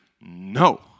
no